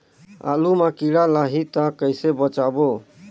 आलू मां कीड़ा लाही ता कइसे बचाबो?